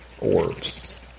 orbs